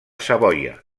savoia